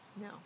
no